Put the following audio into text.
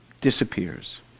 disappears